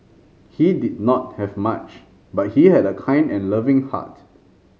he did not have much but he had a kind and loving heart